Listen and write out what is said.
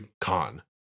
con